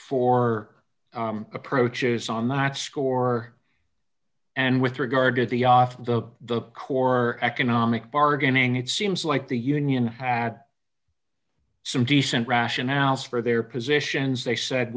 four approaches on that score and with regard to the off the the core economic bargaining it seems like the union had some decent rationales for their positions they said